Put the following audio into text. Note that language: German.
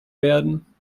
werden